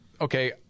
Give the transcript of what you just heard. okay